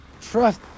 Trust